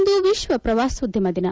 ಇಂದು ವಿಶ್ವ ಪ್ರವಾಸೋದ್ಯಮ ದಿನ